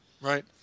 Right